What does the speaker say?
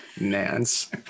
Nance